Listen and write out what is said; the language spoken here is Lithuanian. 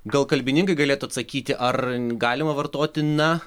gal kalbininkai galėtų atsakyti ar galima vartoti na